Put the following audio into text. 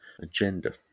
agenda